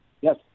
Yes